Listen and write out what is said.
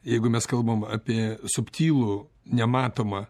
jeigu mes kalbam apie subtilų nematomą